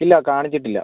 ഇല്ല കാണിച്ചിട്ടില്ല